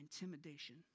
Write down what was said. intimidation